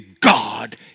God